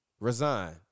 Resign